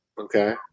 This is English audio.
Okay